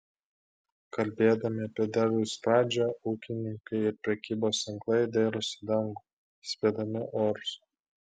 kalbėdami apie derliaus pradžią ūkininkai ir prekybos tinklai dairosi į dangų spėdami orus